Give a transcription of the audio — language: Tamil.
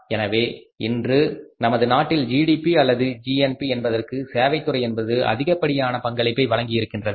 எனவே இன்று நமது நாட்டின் ஜிடிபி அல்லது ஜிஎன்பி என்பதற்கு சேவைத்துறை என்பது அதிகப்படியான பங்களிப்பை வழங்கி இருக்கின்றது